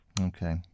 Okay